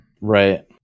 Right